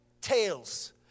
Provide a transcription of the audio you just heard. tales